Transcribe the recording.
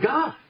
God